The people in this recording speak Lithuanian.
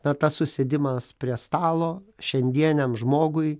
na tas susėdimas prie stalo šiandieniam žmogui